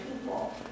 people